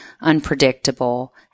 unpredictable